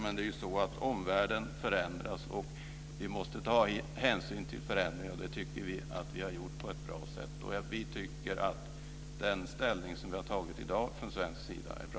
Men omvärlden förändras och vi måste ta hänsyn till förändringar. Och det tycker vi att vi har gjort på ett bra sätt. Vi tycker att den ställning vi från svensk sida har tagit i dag är bra.